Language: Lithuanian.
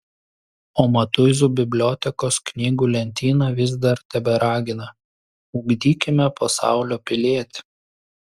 o matuizų bibliotekos knygų lentyna vis dar teberagina ugdykime pasaulio pilietį